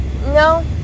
No